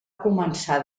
començar